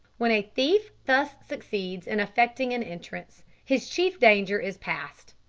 when a thief thus succeeds in effecting an entrance, his chief danger is past.